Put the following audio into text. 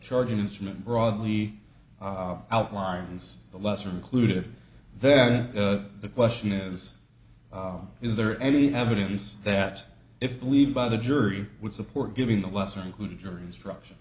charging instrument broadly outlines the lesser included then the question is is there any evidence that if believed by the jury would support giving the lesser included jury instruction